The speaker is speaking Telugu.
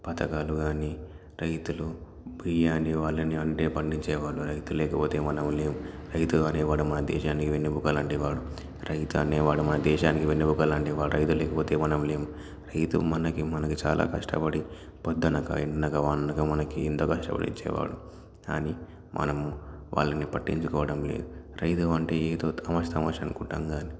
పథకాలు కానీ రైతులు బియ్యాన్ని వాళ్ళని వంట పండించేవాడు రైతు లేకపోతే మనము లేము రైతు అనేవాడు మన దేశానికి వెన్నుముక లాంటివాడు రైతు అనేవాడు మన దేశానికి వెన్నెముక లాంటివాడు రైతు లేకపోతే మనము లేము రైతు మనకి మనకి చాలా కష్టపడి పొద్దనకా ఎండనకా వాననకా మనకి ఎంతో కష్టపడి ఇచ్చేవాడు కానీ మనం వాళ్ళని పట్టించుకోవడం లేదు రైతు అంటే ఏదో తమాషా తమాషా అనుకుంటాము కానీ